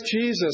Jesus